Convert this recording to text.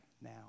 now